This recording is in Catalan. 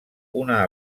una